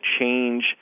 change